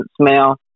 smell